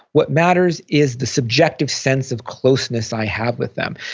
what matters is the subjective sense of closeness i have with them.